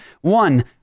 One